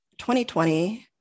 2020